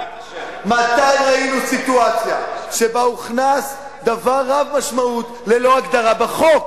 מתי ראינו סיטואציה שבה הוכנס דבר רב משמעות ללא הגדרה בחוק?